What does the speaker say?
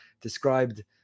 described